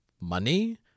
money